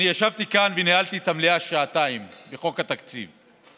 אני ישבתי כאן וניהלתי את המליאה שעתיים בחוק התקציב.